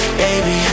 baby